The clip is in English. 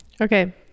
okay